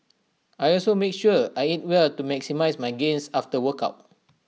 I also make sure I eat well to maximise my gains after work out